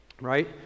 right